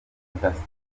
fantastic